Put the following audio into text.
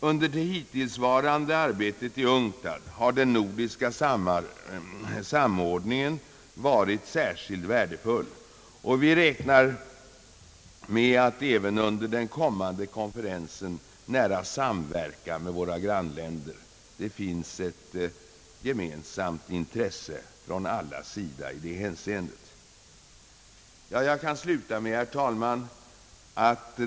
Under det = hittillsvarande arbetet i UNCTAD har den nordiska samordningen varit särskilt värdefull, och vi räknar med att även under den kommande konferensen nära samverka med våra grannländer, Det finns i det hänseendet ett gemensamt intresse från allas sida. Herr talman!